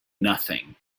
nothing